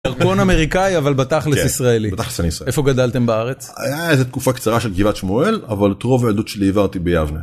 דרכון אמריקאי אבל בתכל'ס ישראלי. איפה גדלתם בארץ? היה איזה תקופה קצרה של גבעת שמואל אבל את רוב הילדות שלי העברתי ביבנה.